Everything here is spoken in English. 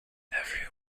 everyone